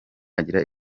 agira